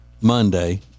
Monday